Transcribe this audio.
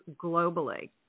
globally